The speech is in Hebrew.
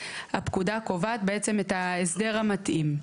הפקודה קובעת בעצם את ההסדר המתאים.